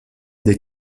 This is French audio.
des